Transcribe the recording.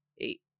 eight